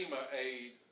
aid